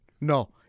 No